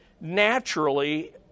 naturally